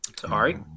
sorry